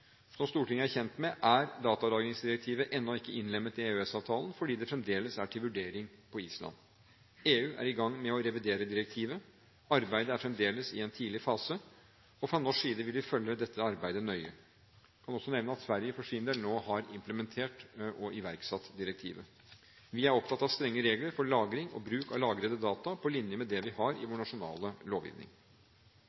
Som Stortinget er kjent med, er datalagringsdirektivet ennå ikke innlemmet i EØS-avtalen fordi det fremdeles er til vurdering på Island. EU er i gang med å revidere direktivet. Arbeidet er fremdeles i en tidlig fase. Fra norsk side vil vi følge dette arbeidet nøye. Jeg kan også nevne at Sverige for sin del nå har implementert og iverksatt direktivet. Vi er opptatt av strenge regler for lagring og bruk av lagrede data, på linje med det vi har i